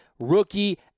rookie